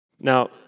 Now